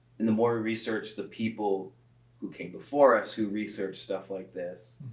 and the more we research the people who came before us who researched stuff like this,